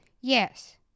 Yes